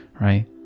right